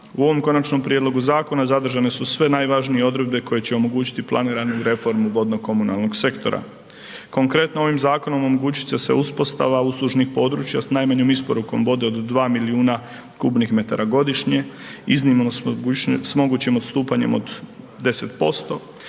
U ovom Konačnom prijedlogu zakona zadržane su sve najvažnije odredbe koje će omogućiti planiranu reformu vodno komunalnog sektora. Konkretno, ovim zakonom omogućit će se uspostava uslužnih područja s najmanjom isporukom vode od 2 milijuna m3 godišnje, iznimno s mogućim odstupanjem od 10%,